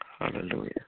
Hallelujah